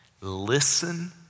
listen